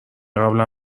قبلا